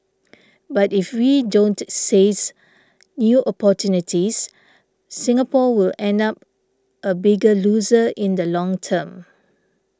but if we don't seize new opportunities Singapore will end up a bigger loser in the long term